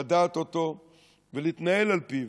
לדעת אותו ולהתנהל על פיו.